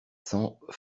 cents